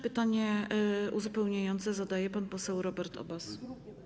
Pytanie uzupełniające zadaje pan poseł Robert Obaz.